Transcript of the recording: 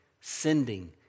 sending